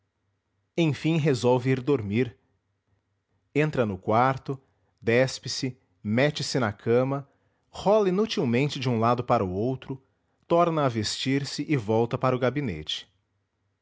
enfim resolve ir dormir entra no quarto despe se mete-se na cama rola inutilmente de um lado para outro torna a vestir-se e volta para o gabinete